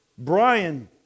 Brian